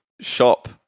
shop